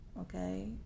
Okay